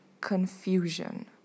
confusion